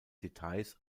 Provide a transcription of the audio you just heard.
details